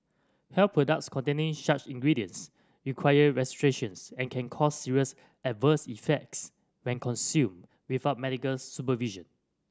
health products containing such ingredients require registrations and can cause serious adverse effects when consumed without medical supervision